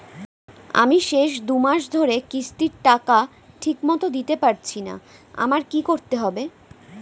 আমি শেষ দুমাস ধরে কিস্তির টাকা ঠিকমতো দিতে পারছিনা আমার কি করতে হবে?